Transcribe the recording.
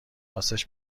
راستش